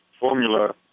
formula